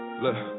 Look